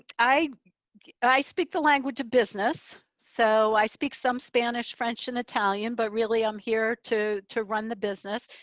i i speak the language of business, so i speak some spanish, french, and italian, but really i'm here to to run the business.